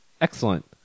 Excellent